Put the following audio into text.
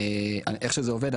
איך שזה עובד,